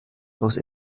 los